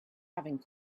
having